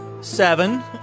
Seven